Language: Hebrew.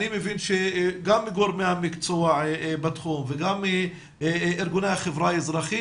אני מבין גם מגורמי המקצוע בתחום וגם מארגוני החברה האזרחית